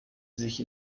sich